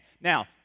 Now